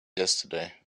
yesterday